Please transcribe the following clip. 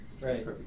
Right